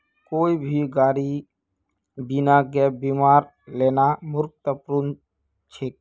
कोई भी गाड़ी बिना गैप बीमार लेना मूर्खतापूर्ण छेक